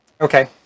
Okay